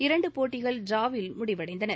இரண்டு போட்டிகள் ட்ராவில் முடிவடைந்தன